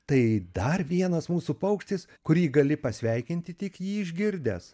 tai dar vienas mūsų paukštis kurį gali pasveikinti tik jį išgirdęs